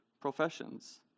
professions